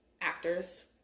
actors